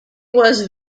was